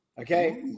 Okay